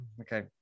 okay